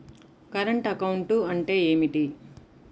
Current account అంటే ఏమిటి?